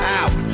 out